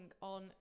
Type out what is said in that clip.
on